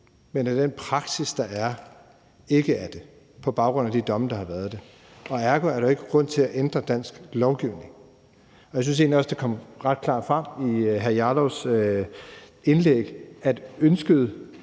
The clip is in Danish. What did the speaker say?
men at den praksis, der er, ikke er det, på baggrund af de domme, der har været. Og ergo er der ikke grund til at ændre dansk lovgivning. Jeg synes egentlig også, det kom ret klart frem i hr. Rasmus Jarlovs indlæg, at ønsket